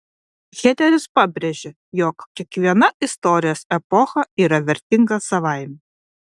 hederis pabrėžė jog kiekviena istorijos epocha yra vertinga savaime